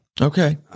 Okay